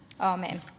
Amen